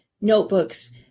notebooks